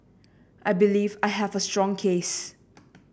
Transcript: I believe I have a strong case